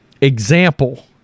example